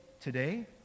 today